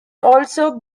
also